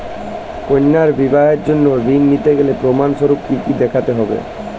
কন্যার বিবাহের জন্য ঋণ নিতে গেলে প্রমাণ স্বরূপ কী কী দেখাতে হবে?